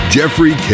Jeffrey